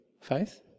faith